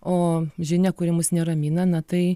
o žinia kuri mus neramina na tai